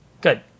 Good